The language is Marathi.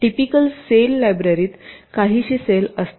टिपिकल सेल लायब्ररीत काहीशे सेल असतात